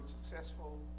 successful